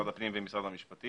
עם משרד הפנים ועם משרד המשפטים,